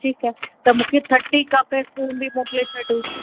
ठीकु आहे त मूंखे थर्टी कप ऐं स्पून बि मोकिले छॾो